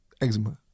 Eczema